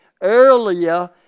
earlier